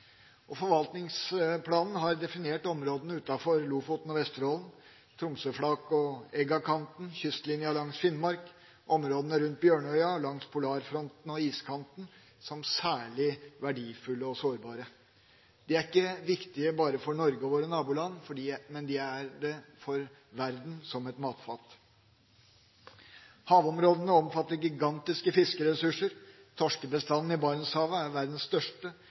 havområdene». Forvaltningsplanen har definert områdene utenfor Lofoten og Vesterålen, Tromsøflaket og Eggakanten, kystlinja langs Finnmark, områdene rundt Bjørnøya og langs polarfronten og iskanten som «særlig verdifulle og sårbare». De er ikke viktige bare for Norge og våre naboland, men de er det for verden som et matfat. Havområdene omfatter gigantiske fiskeressurser. Torskebestanden i Barentshavet er verdens største,